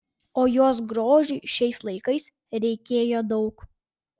o jos grožiui šiais laikais reikėjo daug